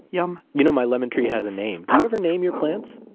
yum you know, my lemon tree has a name. do you ever name your plants?